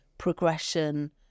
progression